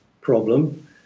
problem